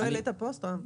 לא העלית פוסט, רם?